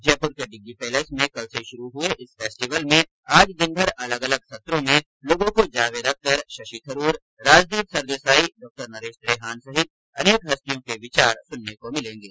जयपुर के डिग्गी पैलेस में कल से शुरू हुए इस फेस्टिवल में आज दिनभर अलग अलग सत्रों में लोगों को जावेद अख्तर शशि थरूर राजदीप सरदेसाई डॉक्टर नरेश त्रेहान सहित अनेक हस्तियों के विचार सुनने को मिलेंगे